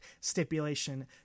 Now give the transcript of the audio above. stipulation